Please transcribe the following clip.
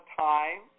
time